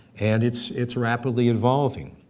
and it's it's rapidly evolving.